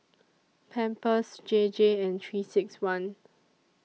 Pampers J J and three six one